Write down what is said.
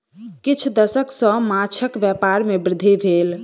किछ दशक सॅ माँछक व्यापार में वृद्धि भेल